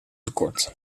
tekort